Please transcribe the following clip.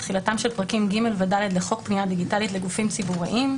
תחילתם של פרקים ג' ו-ד' לחוק פנייה דיגיטלית לגופים ציבוריים,